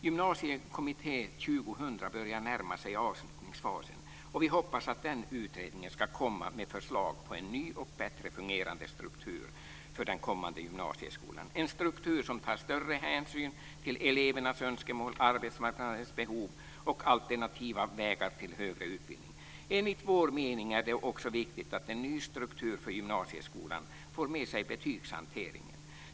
Gymnasiekommitté 2000 börjar närma sig avslutningsfasen. Vi hoppas att den utredningen ska lägga fram förslag på en ny och bättre fungerande struktur för den kommande gymnasieskolan. Det är en struktur som ska ta större hänsyn till elevernas önskemål, arbetsmarknadens behov och alternativa vägar till högre utbildningar. Enligt vår mening är det också viktigt att en ny struktur för gymnasieskolan får med sig betygshanteringen.